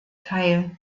teil